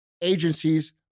agencies